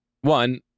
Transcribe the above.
one